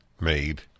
made